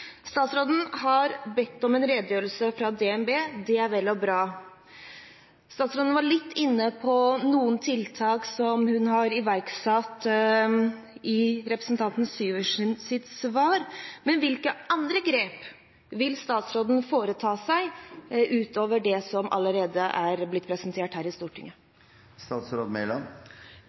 Statsråden har bedt om en redegjørelse fra DNB, det er vel og bra. Statsråden var i svar til representanten Syversen litt inne på noen tiltak som hun har iverksatt. Hvilke andre grep vil statsråden ta utover det som allerede er blitt presentert her i Stortinget?